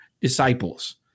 disciples